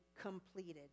completed